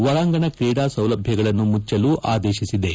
ಒಳಾಂಗಣ ಕ್ರೀಡಾ ಸೌಲಭ್ಯಗಳನ್ನು ಮುಚ್ಚಲು ಆದೇಶಿಸಿವೆ